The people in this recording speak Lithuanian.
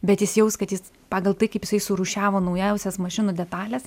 bet jis jaus kad jis pagal tai kaip jisai surūšiavo naujausias mašinų detales